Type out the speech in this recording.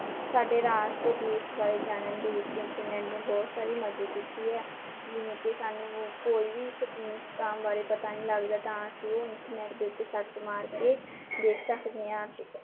ਸਾਡੇ ਰਾਜ ਅਤੇ ਦੇਸ਼ ਬਾਰੇ ਜਾਣਨ ਦੇ ਵਿੱਚ ਇੰਟਰਨੈਟ ਨੇ ਬਹੁਤ ਸਾਰੀ ਮਦਦ ਕੀਤੀ ਹੈ ਜਿਵੇਂ ਕਿ ਸਾਨੂੰ ਕੋਈ ਵੀ ਸਕੀਮ ਸਕਾਮ ਬਾਰੇ ਪਤਾ ਨਹੀਂ ਲੱਗਦਾ ਤਾਂ ਅਸੀਂ ਉਹ ਇੰਟਰਨੈਟ ਦੇ ਉੱਤੇ ਸਰਚ ਮਾਰ ਕੇ ਦੇਖ ਸਕਦੇ ਹਾਂ